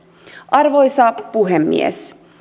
arvoisa puhemies